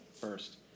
first